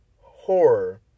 horror